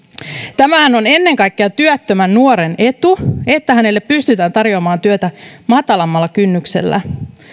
tämähän on ennen kaikkea työttömän nuoren etu että hänelle pystytään tarjoamaan työtä matalammalla kynnyksellä